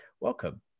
welcome